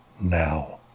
now